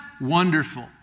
Wonderful